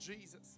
Jesus